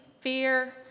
fear